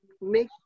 Make